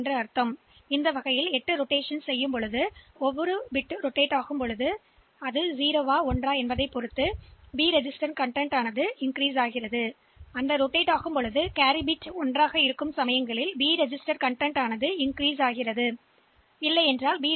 எனவே இதுபோன்ற 8 சுழற்சிகளை நாங்கள் செய்கிறோம் மேலும் எந்த சுழற்சியில் பிட் 0 ஆக மாறினால் நாங்கள் பி பதிவேட்டை அதிகரிக்க மாட்டோம் ஆனால் பிட் 1 எனில் கேரி பிட் 1 ஆக இருந்தால் பதிவேட்டை அதிகரிப்போம் இதன் மூலம் மதிப்பைப் பெற முடியும்